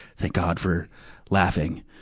thank god for laughing!